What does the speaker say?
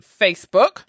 Facebook